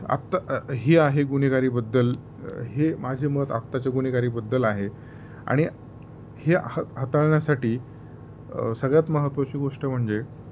आत्ता हे आहे गुन्हेगारीबद्दल हे माझे मत आत्ताच्या गुन्हेगारीबद्दल आहे आणि हे ह हाताळण्यासाठी सगळ्यात महत्त्वाची गोष्ट म्हणजे